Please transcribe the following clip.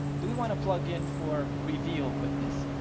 do we want to plug in for reveal with this?